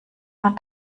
man